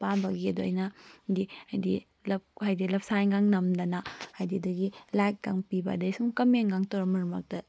ꯄꯥꯝꯕꯒꯤ ꯑꯗꯣ ꯑꯩꯅ ꯒꯤ ꯍꯥꯏꯕꯗꯤ ꯂꯞ ꯍꯥꯏꯕꯗꯤ ꯂꯞ ꯁꯥꯏꯟꯒ ꯅꯝꯗꯅ ꯍꯥꯏꯕꯗꯤ ꯑꯗꯨꯗꯒꯤ ꯂꯥꯏꯛꯀ ꯄꯤꯕ ꯑꯗꯨꯗꯩ ꯑꯁꯨꯝ ꯀꯃꯦꯟꯒ ꯇꯧꯔ ꯃꯔꯛ ꯃꯔꯛꯇ